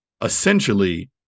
essentially